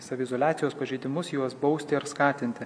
saviizoliacijos pažeidimus juos bausti ar skatinti